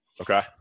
Okay